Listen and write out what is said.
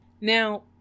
Now